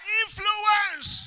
influence